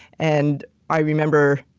and i remember,